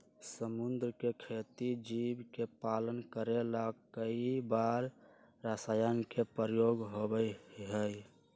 समुद्र के खेती जीव के पालन करे ला कई बार रसायन के प्रयोग होबा हई